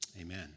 amen